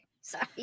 Sorry